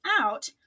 out